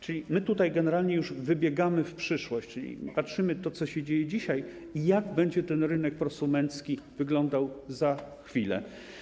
Czyli my tutaj generalnie już wybiegamy w przyszłość - patrzymy na to, co się dzieje dzisiaj i jak będzie ten rynek prosumencki wyglądał za chwilę.